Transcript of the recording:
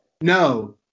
No